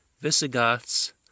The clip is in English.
Visigoths